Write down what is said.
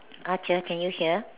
ah dear can you hear